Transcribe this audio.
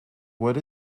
what